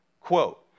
quote